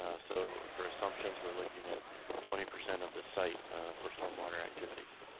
ah so for assumptions, we're looking at twenty percent of the site for stormwater activities.